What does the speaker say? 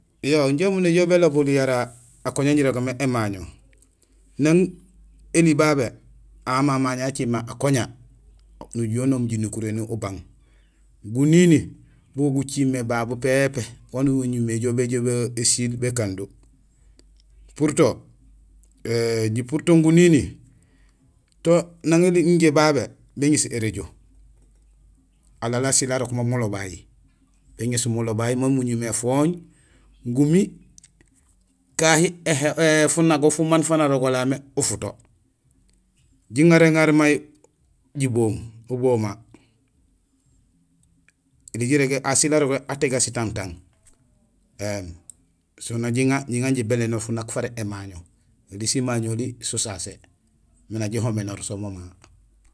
Yo injé umu néjool bélobul yara akoña an jirogé mé émaño. Nang éli babé, aw han mé amñéén acimé akoña, nujuhé unoom jinukuréni ubang, gunini bogo gucimé babu pépé waan uñumé éjjol bésiil békando. Puruto, éé jipurto gunini to nang injé éli babé béŋéés érajo, alaal asiil arok mo mulobay, béŋéés mulobay mo muñumé éfooñ gumi kahi éhéhool, fanagool mumaan faan arogoral mé ufuto. Jiŋaréŋaar may jiboom, uboma; éli jirégé; asiil arégé atéga sitantang. So na jiŋa jiŋa jibélénoor funak fara émaño. Oli simaño oli so sasé miin na jihoménoor so mama.